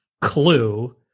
clue